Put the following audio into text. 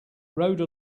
rode